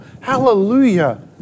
Hallelujah